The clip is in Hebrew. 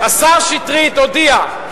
השר שטרית הודיע,